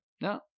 no